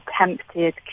attempted